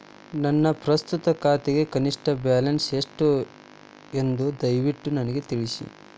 ನನ್ನ ಪ್ರಸ್ತುತ ಖಾತೆಗೆ ಕನಿಷ್ಟ ಬ್ಯಾಲೆನ್ಸ್ ಎಷ್ಟು ಎಂದು ದಯವಿಟ್ಟು ನನಗೆ ತಿಳಿಸಿ